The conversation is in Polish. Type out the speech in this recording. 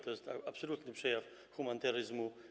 To jest absolutny przejaw humanitaryzmu.